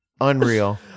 Unreal